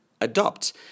adopt